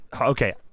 Okay